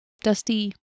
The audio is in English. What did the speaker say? dusty